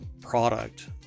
product